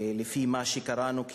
ולפי מה שקראנו,